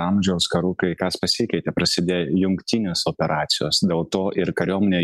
amžiaus karų kai kas pasikeitė prasidėjo jungtinės operacijos dėl to ir kariuomenė